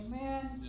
Amen